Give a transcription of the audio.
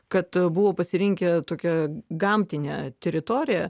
kad buvo pasirinkę tokią gamtinę teritoriją